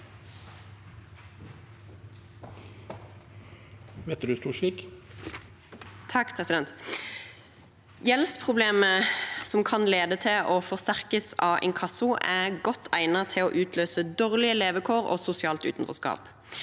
Wetrhus Thorsvik (V) Gjelds- problemer, som kan lede til og forsterkes av inkasso, er godt egnet til å utløse dårlige levekår og sosialt utenforskap.